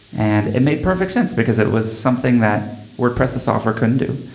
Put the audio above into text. and it made perfect sense because it was something that wordpress's software couldn't do.